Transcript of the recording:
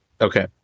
okay